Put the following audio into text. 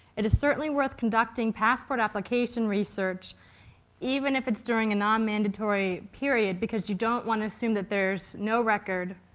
it is certainly worth conducting passport application research even if it's during a non-mandatory period because you don't want to assume that there's no record